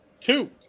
two